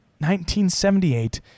1978